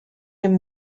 him